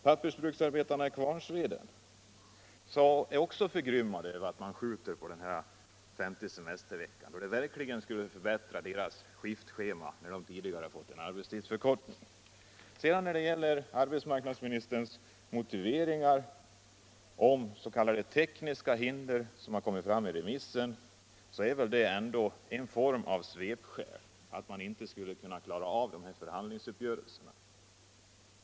Pappersbruksarbetarna i Kvarnsveden är också förgrymmade över att genomförandet av den femte semesterveckan skjuts upp, då reformen verkligen skulle förbättra deras skiftschema, när de tidigare har fått en arbetstidsförkortning. Arbetsmarknadsministerns motivering att s.k. tekniska hinder har kommit fram vid remissbehandlingen är väl ändå en form av svepskäl för att man inte skulle kunna klara av de här förhandlingsuppgörelserna.